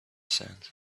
sands